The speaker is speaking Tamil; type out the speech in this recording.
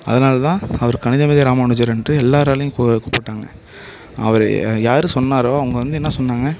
அதனால் தான் அவர் கணித மேதை ராமானுஜர் என்று எல்லோராலையும் கூ கூப்பிட்டாங்க அவர் யார் சொன்னாரோ அவங்க வந்து என்ன சொன்னாங்க